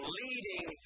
leading